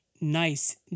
nice